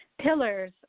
pillars